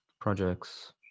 Projects